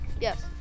Yes